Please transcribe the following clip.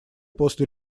после